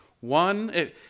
One